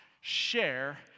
share